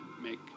make